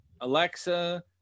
Alexa